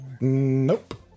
nope